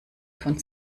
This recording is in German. von